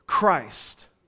Christ